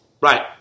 Right